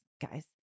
guys